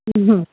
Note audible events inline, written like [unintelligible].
[unintelligible]